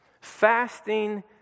Fasting